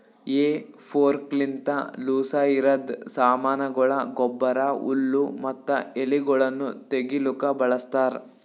ಹೇ ಫೋರ್ಕ್ಲಿಂತ ಲೂಸಇರದ್ ಸಾಮಾನಗೊಳ, ಗೊಬ್ಬರ, ಹುಲ್ಲು ಮತ್ತ ಎಲಿಗೊಳನ್ನು ತೆಗಿಲುಕ ಬಳಸ್ತಾರ್